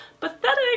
Pathetic